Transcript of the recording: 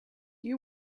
you